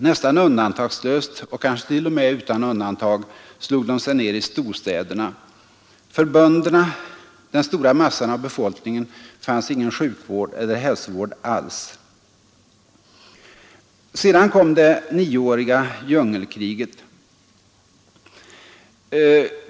Nästan undantagslöst — kanske t.o.m. utan undantag — slog de sig ned i storstäderna. För bönderna — den stora massan av befolkningen — fanns ingen sjukvård eller hälsovård alls. Sedan kom det nioåriga djungelkriget.